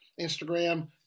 Instagram